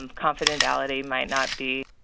um confidentiality might not be